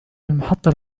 المحطة